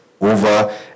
over